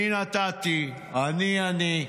אני נתתי, אני אני,